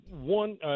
One